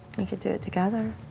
we could do it together.